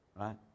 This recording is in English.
right